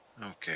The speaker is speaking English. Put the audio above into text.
Okay